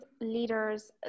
leaders